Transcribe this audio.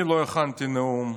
אני לא הכנתי נאום,